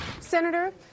Senator